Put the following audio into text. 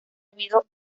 habido